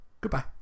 goodbye